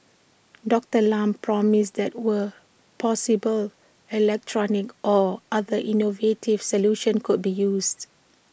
Doctor Lam promised that where possible electronic or other innovative solutions could be used